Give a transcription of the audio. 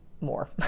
more